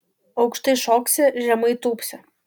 aukštai šoksi žemai tūpsi